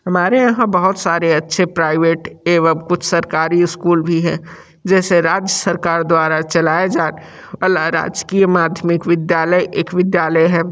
हमारे यहाँ बहुत सारे अच्छे प्राइवेट एवम कुछ सरकारी स्कूल भी हैं जैसे राज्य सरकार द्वारा चलाए जा वाला राजकीय माध्यमिक विद्यालय एक विद्यालय है